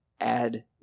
add